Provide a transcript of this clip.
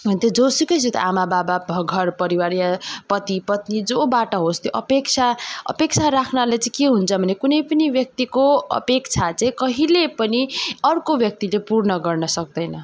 त्यो जोसुकैसित आमा बाबा ब घर परिवार वा पति पत्नी जोबाट होस् त्यो अपेक्षा अपेक्षा राख्नाले चाहिँ के हुन्छ भने कुनै पनि व्यक्तिको अपेक्षा चाहिँ कहिले पनि अर्को व्यक्तिले पूर्ण गर्न सक्दैन